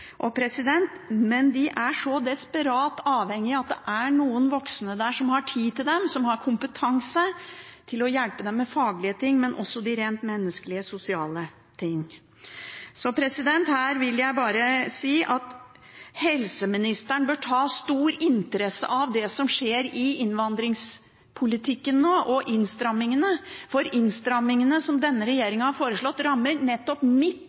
Men de er så desperat avhengige av at det er noen voksne der som har tid til dem, som har kompetanse til å hjelpe dem med faglige ting, men også med de rent menneskelige, sosiale tingene. Så her vil jeg bare si at helseministeren bør ha stor interesse av det som skjer i innvandringspolitikken nå, for de innstramningene som denne regjeringen har foreslått, rammer nettopp midt